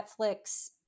Netflix